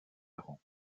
errant